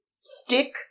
stick